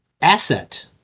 asset